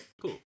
Cool